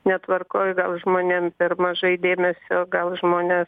netvarkoj gal žmonėm per mažai dėmesio gal žmonės